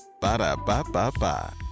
Ba-da-ba-ba-ba